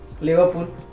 Liverpool